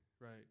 right